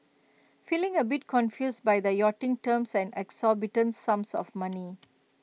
feeling A bit confused by the yachting terms and exorbitant sums of money